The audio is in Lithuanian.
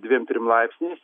dviem trim laipsniais